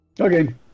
Okay